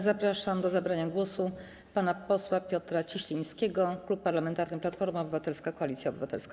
Zapraszam do zabrania głosu pana posła Piotra Cieślińskiego, Klub Parlamentarny Platforma Obywatelska - Koalicja Obywatelska.